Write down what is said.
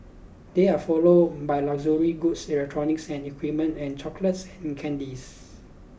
they are followed by luxury goods electronics and equipment and chocolates and candies